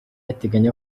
iteganya